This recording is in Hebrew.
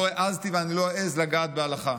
לא העזתי ואני לא אעז לגעת בהלכה.